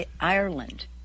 Ireland